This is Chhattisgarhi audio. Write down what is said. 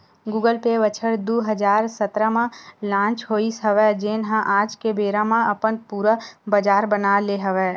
गुगल पे बछर दू हजार सतरा म लांच होइस हवय जेन ह आज के बेरा म अपन पुरा बजार बना ले हवय